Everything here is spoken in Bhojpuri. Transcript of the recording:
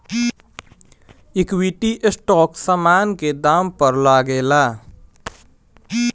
इक्विटी स्टाक समान के दाम पअ लागेला